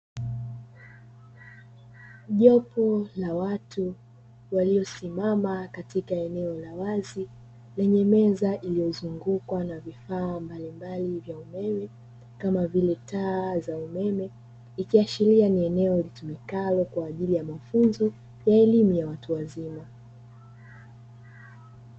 jopo la watu walio simama katika eneo la wazi lenye meza iliyozungukwa na vifaa mbalimbali vya umeme, kama vile taa za umeme, ikiashiria ni eneo litumikalo kwa ajili ya mafunzo ya elimu ya watu wazima.